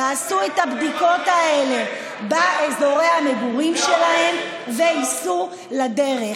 יעשו את הבדיקות האלה באזורי המגורים שלהם ויצאו לדרך.